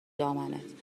دامنت